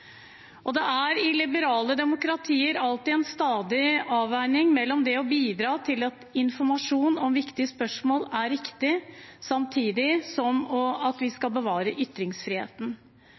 Det er i liberale demokratier en stadig avveining mellom det å bidra til at informasjon om viktige spørsmål er riktig, samtidig som vi skal bevare ytringsfriheten.